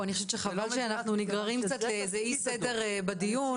אני חושבת שחבל שאנחנו נגררים לאיזה אי סדר בדיון.